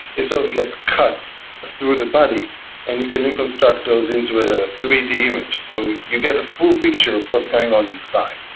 it sort of get cuts through the body and you can reconstruct those into a three d image. so you get a full picture of what's going on inside.